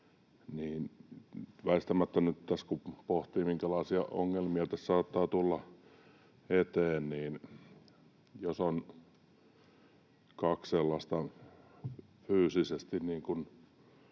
väistämättä nyt tässä tulee mieleen, kun pohtii, minkälaisia ongelmia tässä saattaa tulla eteen, että jos on kaksi sellaista fyysisesti